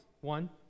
One